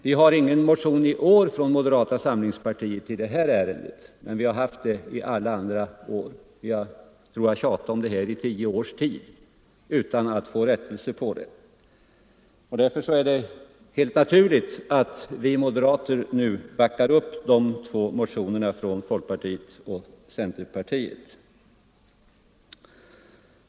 Vi har från mo derata samlingspartiet inte i år väckt någon motion i det här ärendet, men vi har motionerat därom under många år — jag tror att vi har tjatat om det här problemet i tio års tid utan att få rättelse. Därför är det helt naturligt att vi moderater nu backar upp de två motionerna från folkpartiet och centerpartiet.